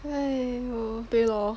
!aiyo! 对咯